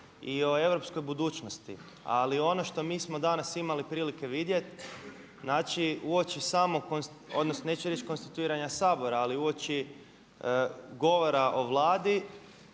i o europskoj budućnosti. Ali ono što mi smo danas imali prilike vidjeti znači uoči samog konstituiranja, odnosno neću reći konstituiranja Sabora, ali uoči govora o Vladi